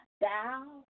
thou